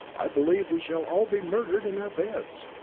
i believe we shall all be murdered in our beds!